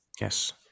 Yes